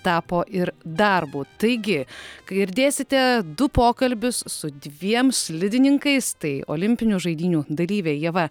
tapo ir darbu taigi kai girdėsite du pokalbius su dviem slidininkais tai olimpinių žaidynių dalyvė ieva